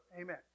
Amen